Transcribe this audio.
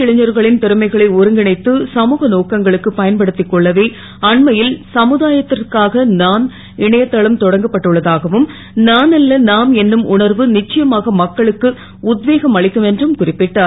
இளைஞர்களின் றமைகளை ஒருங்கிணைத்து சமுக நோக்கங்களுக்கு பயன்படுத் க் கொள்ளவே அண்மை ல் சமுதாயத் ற்காக நான் இணையதளம் தொடக்கப்பட்டுள்ள தாகவும் நானல்ல நாம் என்னும் உணர்வு ச்சயமாக மக்களுக்கு உத்வேகம் அளிக்கும் என்றும் குறிப்பிட்டார்